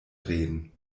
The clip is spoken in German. reden